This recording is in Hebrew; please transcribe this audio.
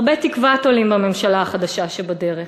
הרבה תקווה תולים בממשלה החדשה שבדרך.